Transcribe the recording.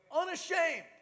Unashamed